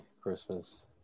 Christmas